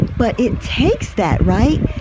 but it takes that right,